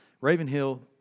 Ravenhill